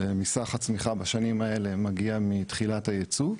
מסך הצמיחה בשנים האלה מגיע מתחילת הייצוא,